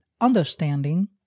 understanding